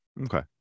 okay